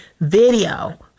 video